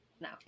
No